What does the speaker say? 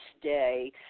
today